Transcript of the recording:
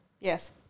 Yes